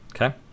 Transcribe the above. Okay